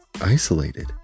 isolated